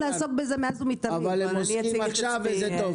אני מצדיע לך שפתחת את האפיק הזה ואת החשיבה הזאת.